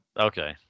Okay